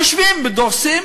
יושבים ודורסים.